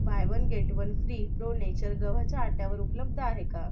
bye one get one free Pro Nature गव्हाच्या आट्यावर उपलब्ध आहे का